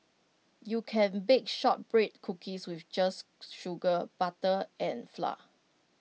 you can bake Shortbread Cookies with just sugar butter and flour